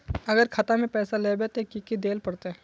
अगर खाता में पैसा लेबे ते की की देल पड़ते?